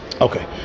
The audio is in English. Okay